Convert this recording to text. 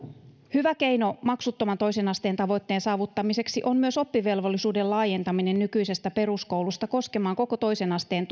hyvä keino maksuttoman toisen asteen tavoitteen saavuttamiseksi on myös oppivelvollisuuden laajentaminen nykyisestä peruskoulusta koskemaan koko toisen asteen